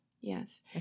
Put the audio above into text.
Yes